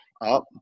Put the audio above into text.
up